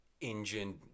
engine